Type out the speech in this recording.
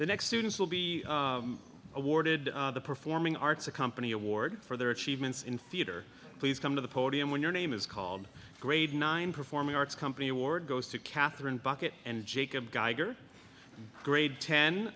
the next students will be awarded the performing arts a company award for their achievements in theater please come to the podium when your name is called grade nine performing arts company award goes to catherine bucket and jacob geiger grade ten